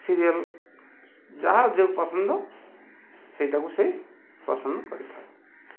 serial ଯାହାର ଯେଉଁ ପସନ୍ଦ ସେଇଟାକୁ ସେ ପସନ୍ଦ କରିଥାଏ